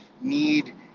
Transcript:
need